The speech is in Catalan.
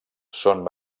són